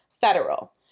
federal